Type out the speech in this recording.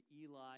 Eli